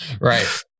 Right